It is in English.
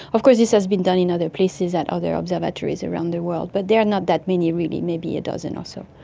of course this has been done in other places at other observatories around the world, but there are not that many really, maybe a dozen or so.